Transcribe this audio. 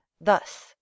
thus